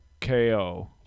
KO